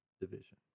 division